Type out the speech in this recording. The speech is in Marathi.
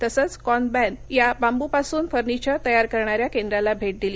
तसद्वकॉनबॅक या बांबूपासून फर्निचर तयार करणाऱ्या केंद्राला भट्टादिली